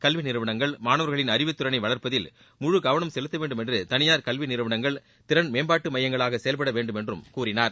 கல்விநிறுவனங்கள் மாணவர்களின் அறிவுத்திறனை வளர்ப்பதில் முழு கவனம் செலுத்தவேண்டும் என்று தனியார் கல்விநிறுவனங்கள் திறன்மேம்பாட்டு மையங்களாக செயல்படவேண்டும் என்றும் கூறினார்